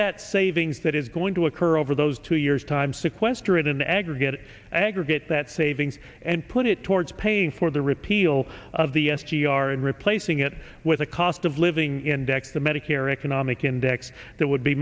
that savings that is going to occur over those two years time sequester it in the aggregate aggregate that savings and put it towards paying for the repeal of the s g r and replacing it with a cost of living index the medicare economic index that would be